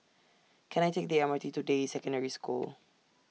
Can I Take The M R T to Deyi Secondary School